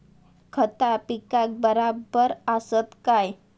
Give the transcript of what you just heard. खता पिकाक बराबर आसत काय?